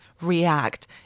react